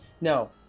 No